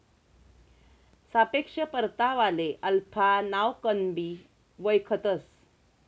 सापेक्ष परतावाले अल्फा नावकनबी वयखतंस